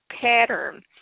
pattern